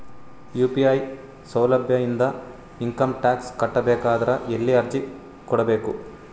UPI ಸೌಲಭ್ಯ ಇಂದ income tax ಕಟ್ಟಬೇಕಾದರ ಎಲ್ಲಿ ಅರ್ಜಿ ಕೊಡಬೇಕು?